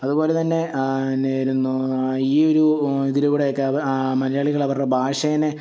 അതുപോലെ തന്നെ എന്നായിരുന്നു ഈ ഒരു ഇതിലൂടെ ഒക്കെ അവർ മലയാളികൾ അവരുടെ ഭാഷയെ